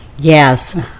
Yes